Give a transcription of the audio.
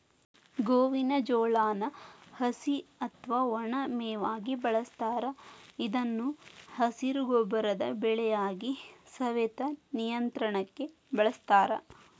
ಗೋವಿನ ಜೋಳಾನ ಹಸಿ ಅತ್ವಾ ಒಣ ಮೇವಾಗಿ ಬಳಸ್ತಾರ ಇದನ್ನು ಹಸಿರು ಗೊಬ್ಬರದ ಬೆಳೆಯಾಗಿ, ಸವೆತ ನಿಯಂತ್ರಣಕ್ಕ ಬಳಸ್ತಾರ